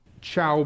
Ciao